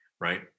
right